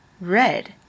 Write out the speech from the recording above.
Red